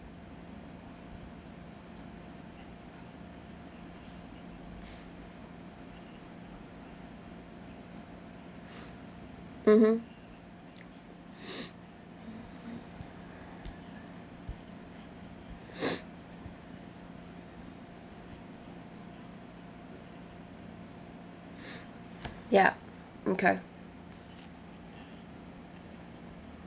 mmhmm ya okay